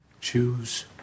Choose